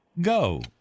Go